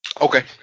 Okay